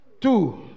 two